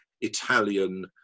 italian